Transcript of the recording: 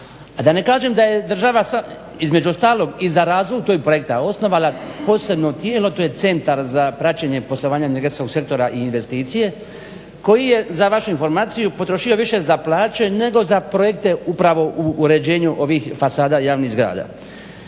da ne kažem da je država između ostalog i za razvoj tog projekta osnovala posebno tijelo, to je Centar za praćenje poslovanja energetskog sektora i investicije koji je za vašu informaciju potrošio više za plaće nego za projekte upravo u uređenje ovih fasada javnih zgrada.